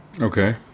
Okay